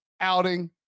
outing